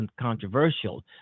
controversial